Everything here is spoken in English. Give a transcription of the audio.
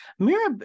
mirab